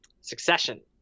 succession